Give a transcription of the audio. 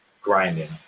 grinding